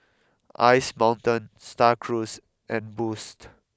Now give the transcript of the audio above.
Ice Mountain Star Cruise and Boost